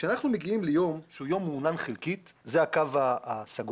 כשאנחנו מגיעים ליום שהוא יום מעונן חלקית זה הקו הסגול